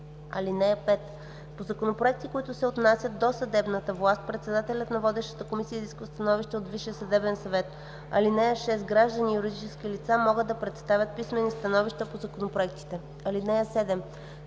(5) По законопроекти, които се отнасят до съдебната власт, председателят на водещата комисия изисква становище от Висшия съдебен съвет. (6) Граждани и юридически лица могат да представят писмени становища по законопроектите. (7)